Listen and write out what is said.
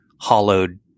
hollowed